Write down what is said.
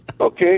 Okay